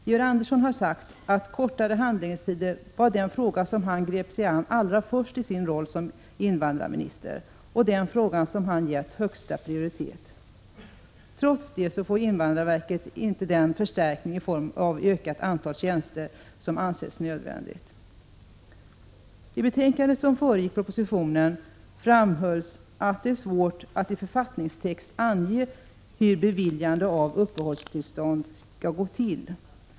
Georg Andersson har sagt att kortare handläggningstider var den fråga som han grep sig an allra först i sin roll som invandrarminister och att den frågan getts högsta prioritet. Trots det får inte invandrarverket den förstärkning i form av det ökade antal tjänster som ansetts nödvändigt. I det betänkande som föregick propositionen framhölls att det var svårt att i författningstext ange hur beviljande av uppehållstillstånd skulle gå till.